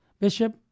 Bishop